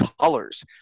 colors